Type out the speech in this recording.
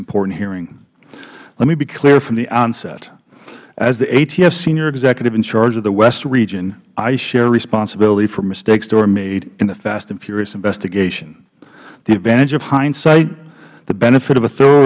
important hearing let me be clear from the onset as the atf senior executive in charge of the west region i share responsibility for mistakes that were made in the fast and furious investigation the advantage of hindsight the benefit of a thorough